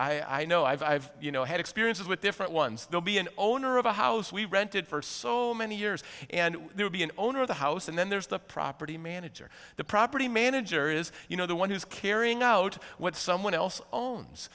managers i know i've you know had experiences with different ones they'll be an owner of a house we rented for so many years and they would be an owner of the house and then there's the property manager the property manager is you know the one who's carrying out what someone else owns